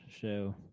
show